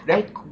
then